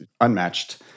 unmatched